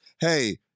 hey